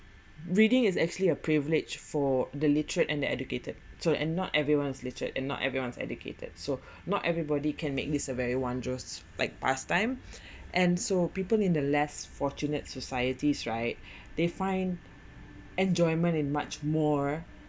reading is actually a privilege for the literate and educated so and not everyone's literate and not everyone's educated so not everybody can make this a very wondrous like pastime and so people in the less fortunate societies right they find enjoyment in much more